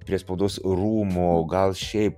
prie spaudos rūmų o gal šiaip